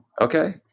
Okay